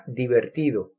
divertido